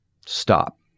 Stop